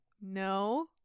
no